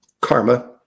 karma